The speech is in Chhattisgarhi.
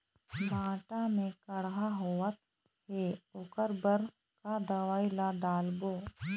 भांटा मे कड़हा होअत हे ओकर बर का दवई ला डालबो?